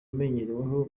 amenyereweho